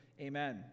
Amen